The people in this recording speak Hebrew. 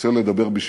רוצה לדבר בשבחה,